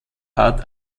art